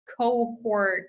cohort